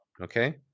Okay